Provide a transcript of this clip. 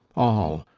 all,